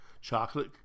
chocolate